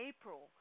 April